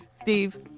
Steve